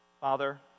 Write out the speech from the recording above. Father